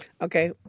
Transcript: Okay